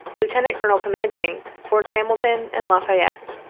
lieutenant colonel, commanding forts hamilton and la fayette.